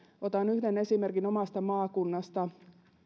otan yhden esimerkin omasta maakunnasta